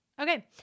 Okay